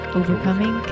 overcoming